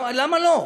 למה לא?